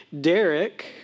Derek